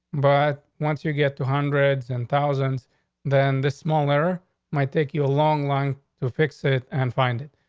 but once you get to hundreds and thousands than the smaller might take you a long long to fix it and find it.